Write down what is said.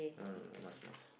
no no no no must must